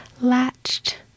latched